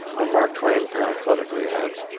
and mark twain parenthetically adds,